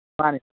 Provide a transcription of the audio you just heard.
ꯃꯥꯅꯦ